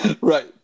Right